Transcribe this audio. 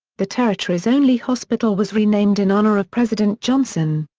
the territory's only hospital was renamed in honor of president johnson.